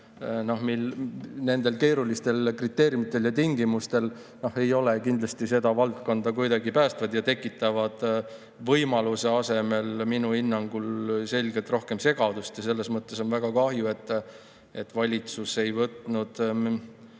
nendel keerulistel kriteeriumitel ja tingimustel ei ole kindlasti seda valdkonda kuidagi päästev ja tekitab võimaluse asemel minu hinnangul selgelt rohkem segadust. Selles mõttes on väga kahju, et valitsus ei võtnud